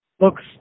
looks